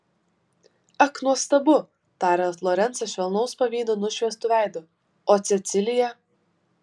ak nuostabu tarė lorencą švelnaus pavydo nušviestu veidu o cecilija